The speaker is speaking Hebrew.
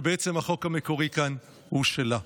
שהחוק המקורי כאן הוא בעצם שלה.